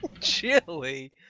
Chili